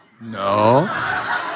no